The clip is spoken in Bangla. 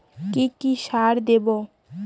কি কি সার দেবো?